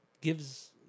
gives